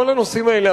כל הנושאים האלה,